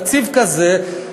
נציב כזה,